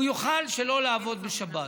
הוא יוכל שלא לעבוד בשבת.